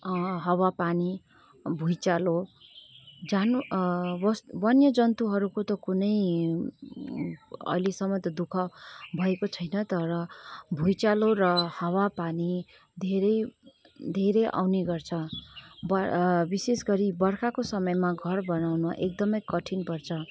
हावा पानी भुइँचालो जानु वन्य जन्तुहरूको त कुनै अहिलेसम्म त दुःख भएको छैन तर भुइँचालो र हावा पानी धेरै धेरै आउने गर्छ विशेष गरी वर्खाको समयमा घर बनाउन एकदमै कठिन पर्छ